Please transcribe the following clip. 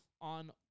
on